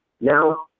now